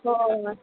हय हय